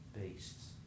beasts